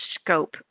scope